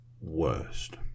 worst